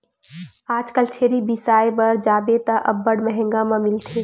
आजकल छेरी बिसाय बर जाबे त अब्बड़ मंहगा म मिलथे